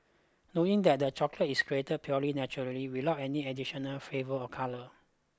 knowing that the chocolate is created purely naturally without any additional flavour or colour